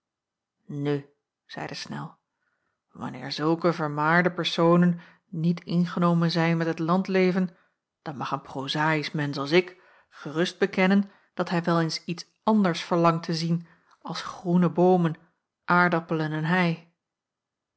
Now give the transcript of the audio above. nu zeide snel wanneer zulke vermaarde personen niet ingenomen zijn met het landleven dan mag een prozaïsch mensch als ik gerust bekennen dat hij wel eens iets anders verlangt te zien als groene boomen aardappelen en hei